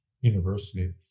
university